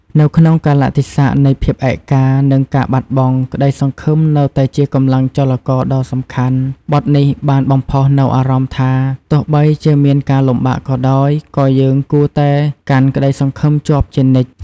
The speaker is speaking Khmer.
នៅក្នុងកាលៈទេសៈនៃភាពឯកា និងការបាត់បង់ ក្តីសង្ឃឹមនៅតែជាកម្លាំងចលករដ៏សំខាន់បទនេះបានបំផុសនូវអារម្មណ៍ថា ទោះបីជាមានការលំបាកក៏ដោយ ក៏យើងគួរតែកាន់ក្តីសង្ឃឹមជាប់ជានិច្ច។